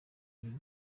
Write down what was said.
bigari